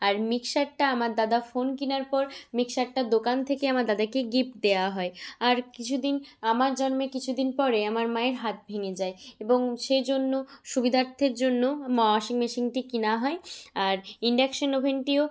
আর মিক্সারটা আমার দাদা ফোন কেনার পর মিক্সারটা দোকান থেকে আমার দাদাকে গিফ্ট দেয়া হয় আর কিছু দিন আমার জন্মে কিছু দিন পরে আমার মায়ের হাত ভেঙে যায় এবং সেই জন্য সুবিধার্থের জন্য মা ওয়াশিং মেশিনটি কেনা হয় আর ইন্ডাকশান ওভেনটিও